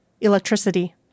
electricity